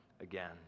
again